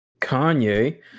Kanye